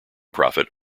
profit